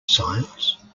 science